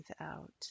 out